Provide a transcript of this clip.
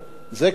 זה כבר פה.